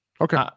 Okay